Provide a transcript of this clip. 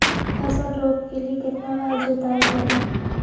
फसल रोप के लिय कितना बार जोतई करबय?